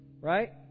Right